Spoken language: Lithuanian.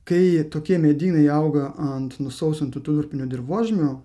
kai tokie medynai auga ant nusausintų durpinių dirvožemių